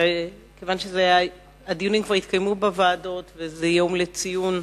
כיוון שהדיונים כבר התקיימו בוועדות וזה יום לציון